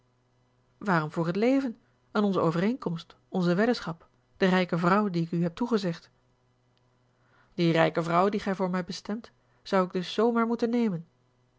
waarom voor het leven en onze overeenkomst onze weddenschap de rijke vrouw die ik u heb toegezegd die rijke vrouw die gij voor mij bestemt zou ik dus z maar moeten nemen